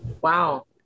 Wow